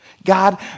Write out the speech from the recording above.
God